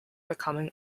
becoming